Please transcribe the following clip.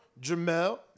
Jamel